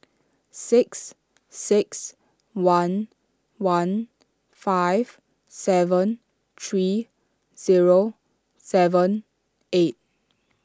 six six one one five seven three zero seven eight